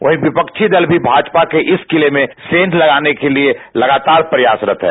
वहीं विपक्षी दल भी भाजपा के इस किले में सेंध लगाने के लिए लगातार प्रयासरत हैं